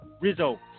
Rizzo